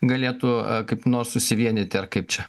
galėtų kaip nors susivienyti ar kaip čia